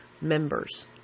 members